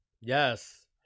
Yes